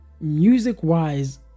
music-wise